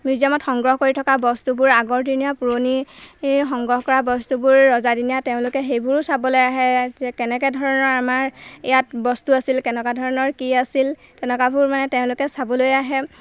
মিউজিয়ামত সংগ্ৰহ কৰি থকা বস্তুবোৰ আগৰদিনীয়া পুৰণি সংগ্ৰহ কৰা বস্তুবোৰ ৰজাদিনীয়া তেওঁলোকে সেইবোৰো চাব আহে যে কেনেকৈ ধৰণৰ আমাৰ ইয়াত বস্তু আছিল কেনেকুৱা ধৰণৰ ইয়াত কি আছিল তেনেকুৱাবোৰ মানে তেওঁলোকে চাবলৈ আহে